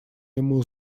ему